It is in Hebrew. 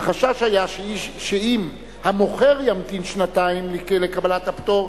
החשש היה שאם המוכר ימתין שנתיים לקבלת הפטור,